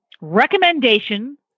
recommendation